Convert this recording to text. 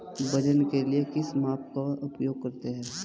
वजन के लिए किस माप का उपयोग करते हैं?